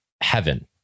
heaven